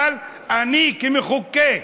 אבל אני מחוקק,